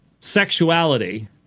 sexuality